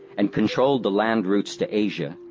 and controlled the land routes to asia,